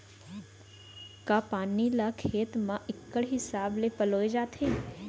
का पानी ला खेत म इक्कड़ हिसाब से पलोय जाथे?